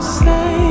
say